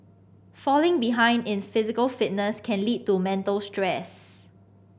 falling behind in physical fitness can lead to mental stress